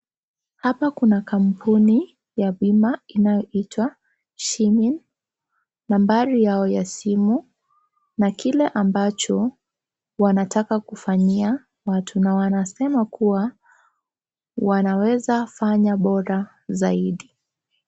Hapa kuna kampuni ya bima inayoitwa Shimin, nambari yao simu na kile ambacho wanataka kufanyia watu. Na wanasema kuwa wanaweza fanya bora zaidi.